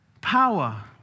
power